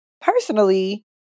personally